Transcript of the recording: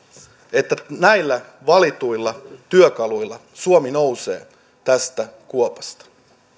että näillä valituilla työkaluilla suomi nousee tästä kuopasta